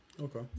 Okay